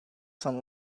some